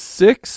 six